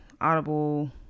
Audible